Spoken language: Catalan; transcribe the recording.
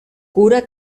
cura